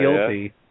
guilty